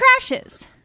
crashes